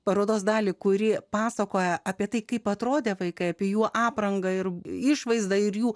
parodos dalį kuri pasakoja apie tai kaip atrodė vaikai apie jų aprangą ir išvaizdą ir jų